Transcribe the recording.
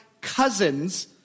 cousins